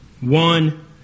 one